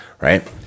Right